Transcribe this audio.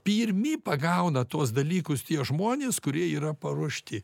pirmi pagauna tuos dalykus tie žmonės kurie yra paruošti